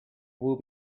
will